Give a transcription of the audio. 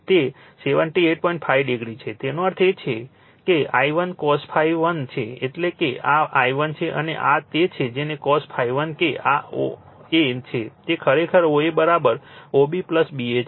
તેનો અર્થ એ I1 cos ∅ 1 છે એટલે કે આ I1 છે અને આ તે છે જેને cos ∅1 કે આ OA છે તે ખરેખર OA OB BA છે